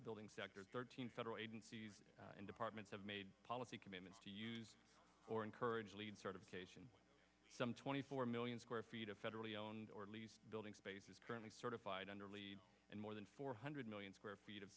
building sector thirteen federal agencies and departments have made policy commitments to use or encourage lead certification some twenty four million square feet of federally owned or at least building space is currently certified under lead and more than four hundred million square feet of